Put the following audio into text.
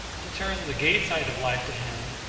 to turn the gay side of life to him,